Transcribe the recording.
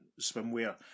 swimwear